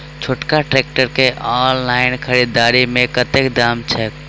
छोटका ट्रैक्टर केँ ऑनलाइन खरीददारी मे कतेक दाम छैक?